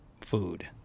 food